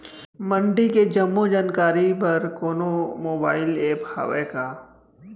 मंडी के जम्मो जानकारी बर कोनो मोबाइल ऐप्प हवय का?